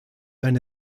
eine